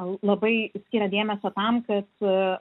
labai skiria dėmesio tam kad